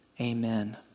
Amen